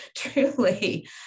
Truly